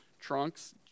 trunks